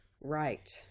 Right